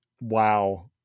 wow